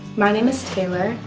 my name is taylor,